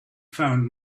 found